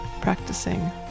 Practicing